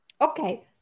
Okay